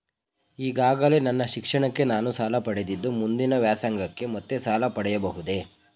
ಈಗಾಗಲೇ ನನ್ನ ಶಿಕ್ಷಣಕ್ಕೆ ನಾನು ಸಾಲ ಪಡೆದಿದ್ದು ಮುಂದಿನ ವ್ಯಾಸಂಗಕ್ಕೆ ಮತ್ತೆ ಸಾಲ ಪಡೆಯಬಹುದೇ?